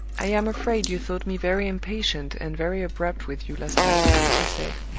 i am afraid you thought me very impatient and very abrupt with you last night, he said.